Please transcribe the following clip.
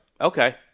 Okay